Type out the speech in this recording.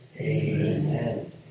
amen